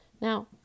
Now